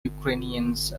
ukrainians